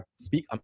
speak